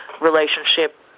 relationship